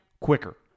quicker